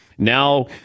Now